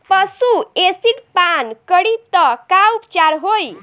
पशु एसिड पान करी त का उपचार होई?